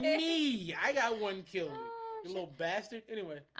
me yeah i got one kill little bastard. anyway,